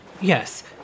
Yes